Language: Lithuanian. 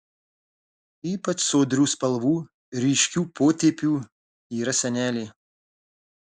ypač sodrių spalvų ryškių potėpių yra senelė